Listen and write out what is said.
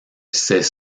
c’est